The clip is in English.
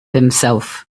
himself